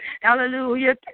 Hallelujah